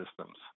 systems